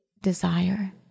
desire